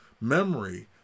memory